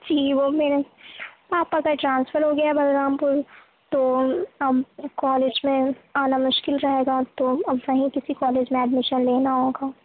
جی وہ میرے پاپا کا ٹرانسفر ہو گیا بلرام پور تو اب کالج میں آنا مشکل رہے گا تو اب وہیں کسی کالج میں ایڈمیشن لینا ہوگا